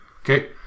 Okay